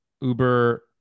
Uber